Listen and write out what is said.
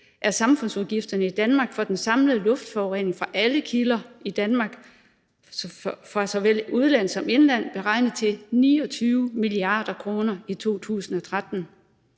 er samfundsudgifterne for den samlede luftforurening fra alle kilder i Danmark fra såvel udland som indland beregnet til 29 mia. kr. i 2013.